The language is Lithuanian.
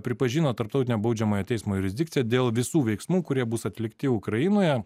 pripažino tarptautinio baudžiamojo teismo jurisdikciją dėl visų veiksmų kurie bus atlikti ukrainoje